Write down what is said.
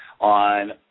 on